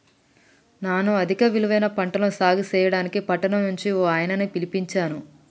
నాను అధిక ఇలువైన పంటలను సాగు సెయ్యడానికి పట్టణం నుంచి ఓ ఆయనని పిలిపించాను